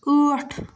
ٲٹھ